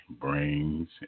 brains